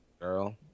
girl